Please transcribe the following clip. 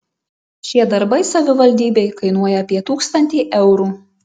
šie darbai savivaldybei kainuoja apie tūkstantį eurų